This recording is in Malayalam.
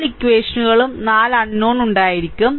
4 ഇക്വഷനുകളും 4 അൺനോൺ ഉണ്ടായിരിക്കുക